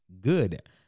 good